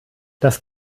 das